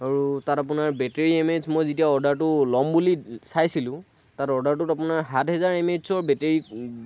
আৰু তাত আপোনাৰ বেটেৰী এম এ এইছ যেতিয়া মই অৰ্ডাৰটো ল'ম বুলি চাইছিলোঁ তাত অৰ্ডাৰটোত আপোনাৰ সাত হেজাৰ এম এ এইছ ৰ বেটেৰী